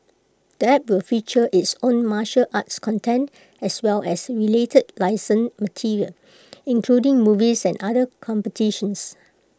the app will feature its own martial arts content as well as related licensed material including movies and other competitions